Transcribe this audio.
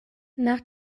nach